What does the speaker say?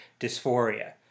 dysphoria